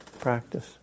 practice